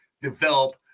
develop